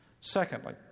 Secondly